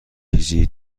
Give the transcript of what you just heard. چیزی